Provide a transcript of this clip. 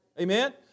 Amen